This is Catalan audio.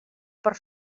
per